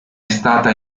stata